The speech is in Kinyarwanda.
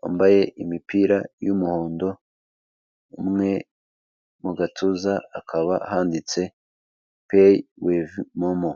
bambaye imipira y'umuhondo, umwe mu gatuza hakaba handitse peyi wizi momo.